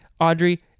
Audrey